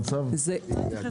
זה נושא